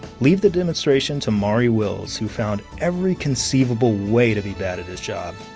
leave the demonstration to maury wills, who found every conceivable way to be bad at his job.